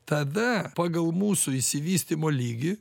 tada pagal mūsų išsivystymo lygį